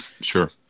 Sure